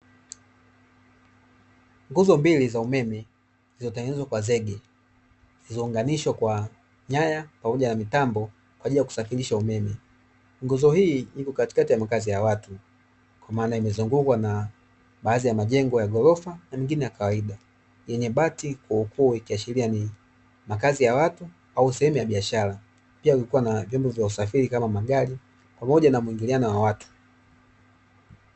Nguzo mbili za umeme zilizotengenezwa kwa zege zilizounganishwa kwa nyaya pamoja na mitambo kwaajili kusafirisha umeme, nguzo hii ipo katikati ya makazi ya watu kwa maana imezungukwa na baadhi ya majengo ya ghorofa na mengine ya kawaida yenye bati kuukuu, ikiashiria ni makazi ya watu au sehemu ya biashara pia kukiwa na vyombo vya usafiri kama magari pamoja na muingiliano wa watu.